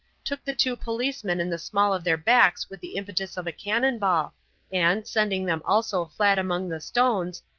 took the two policemen in the small of their backs with the impetus of a cannon-ball and, sending them also flat among the stones,